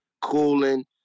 cooling